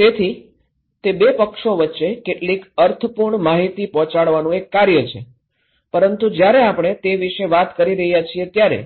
તેથી તે બે પક્ષો વચ્ચે કેટલીક અર્થપૂર્ણ માહિતી પહોંચાડવાનું એક કાર્ય છે પરંતુ જ્યારે આપણે તે વિશે વાત કરી રહ્યા છીએ ત્યારે